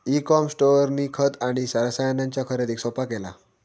E com स्टोअरनी खत आणि रसायनांच्या खरेदीक सोप्पा केला